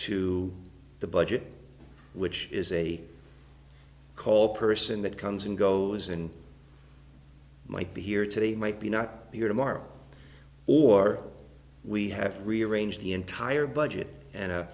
to the budget which is a call person that comes and goes and might be here today might be not be here tomorrow or we have to rearrange the entire budget and